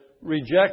reject